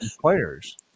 players